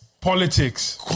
politics